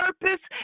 purpose